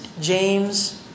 James